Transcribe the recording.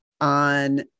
on